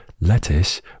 lettuce